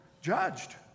judged